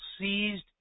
seized